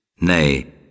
Nay